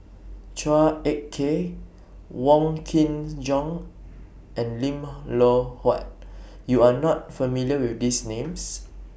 Chua Ek Kay Wong Kin Jong and Lim Loh Huat YOU Are not familiar with These Names